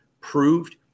proved